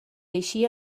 eixia